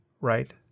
right